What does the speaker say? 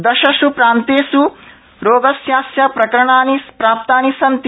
दशसु प्रान्तेषु रोगस्यास्य प्रकरणानि प्राप्तानि सन्ति